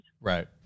right